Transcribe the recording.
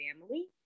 family